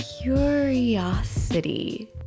curiosity